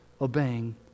obeying